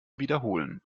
wiederholen